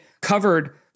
covered